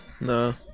No